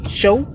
show